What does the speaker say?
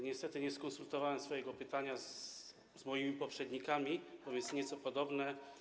Niestety nie skonsultowałem swojego pytania z moimi poprzednikami, bo jest nieco podobne.